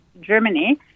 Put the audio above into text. Germany